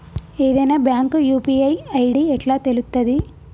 ఏదైనా bank UPI ID ఎట్లా తెలుత్తది?